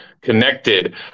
Connected